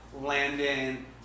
Landon